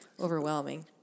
overwhelming